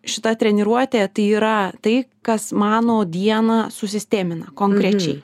šita treniruotė tai yra tai kas mano dieną susistemina konkrečiai